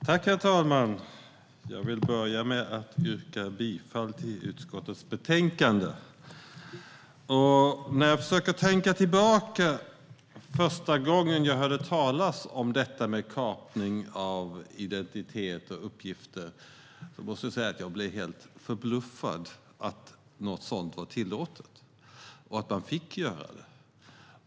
Herr talman! Jag börjar med att yrka bifall till utskottets förslag i betänkandet. Första gången jag hörde talas om kapning av identitet och uppgifter blev jag helt förbluffad över att något sådant var tillåtet, att man fick göra det.